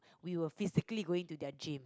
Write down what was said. we will physically going to their gym